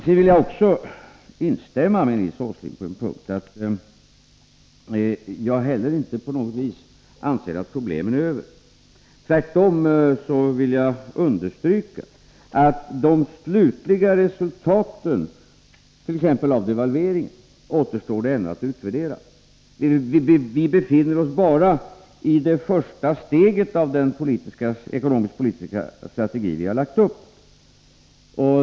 Jag instämmer också med Nils Åsling på en annan punkt. Inte heller jag anser att problemen över huvud taget är över. Jag vill tvärtom understryka att de slutliga resultaten av t.ex. devalveringen återstår att utvärdera. Vi befinner oss bara i det första steget av den ekonomisk-politiska strategi som vi har lagt upp.